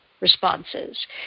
responses